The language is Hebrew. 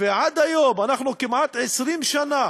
ועד היום, אנחנו כמעט 20 שנה